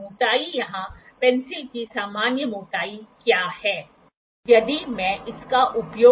दो जीवित केंद्र और दो मृत केंद्र